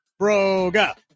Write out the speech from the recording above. Broga